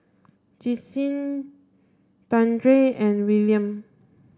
Justyn Dandre and Willian